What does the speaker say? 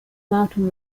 mountain